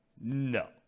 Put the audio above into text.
No